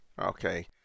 Okay